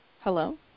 Hello